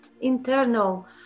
internal